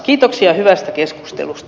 kiitoksia hyvästä keskustelusta